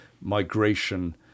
migration